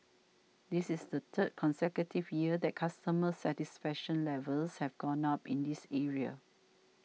this is the third consecutive year that customer satisfaction levels have gone up in this area